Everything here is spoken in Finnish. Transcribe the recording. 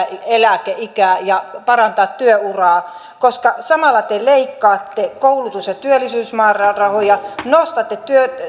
eläkeikää ja parantaa työuraa koska samalla te leikkaatte koulutus ja työllisyysmäärärahoja nostatte